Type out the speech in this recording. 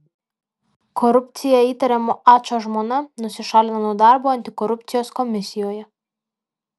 korupcija įtariamo ačo žmona nusišalina nuo darbo antikorupcijos komisijoje